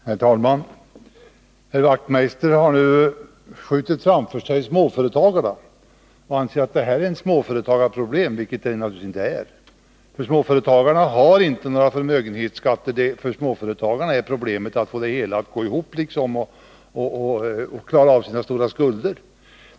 Herr talman! Herr Wachtmeister har nu skjutit småföretagarna framför sig. Han anser att förmögenhetsskatten är ett småföretagarproblem, vilket det naturligtvis inte är. Småföretagarna har inte några förmögenhetsskatter. Deras problem är att få det hela att gå ihop och att klara av sina stora skulder.